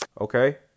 Okay